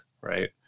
right